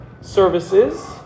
services